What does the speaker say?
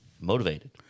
motivated